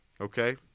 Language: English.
Okay